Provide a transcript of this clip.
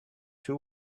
two